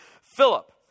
Philip